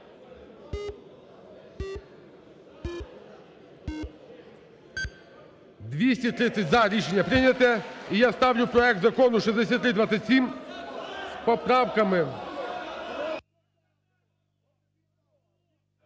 За-230 Рішення прийнято. І я ставлю проект Закону 6327 з поправками…